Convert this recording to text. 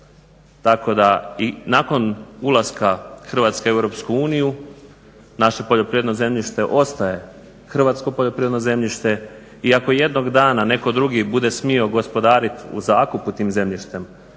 Tako da i nakon ulaska Hrvatske u EU naše poljoprivredno zemljište ostaje hrvatsko poljoprivredno zemljište i ako jednog dana netko drugi bude smio gospodariti u zakupu tim zemljištem